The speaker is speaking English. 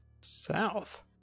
South